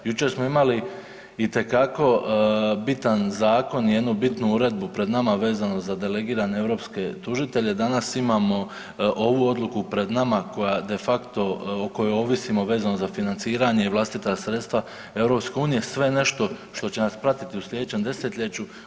Jučer smo imali itekako bitan zakon i jednu bitnu uredbu pred nama vezano za delegirane europske tužitelje, danas imamo ovu odluku pred nama koja de facto, o kojoj ovisimo vezano za financiranje i vlastita sredstva EU, sve nešto što će nas pratiti u sljedećem desetljeću.